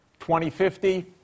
2050